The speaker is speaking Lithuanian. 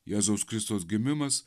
jėzaus kristaus gimimas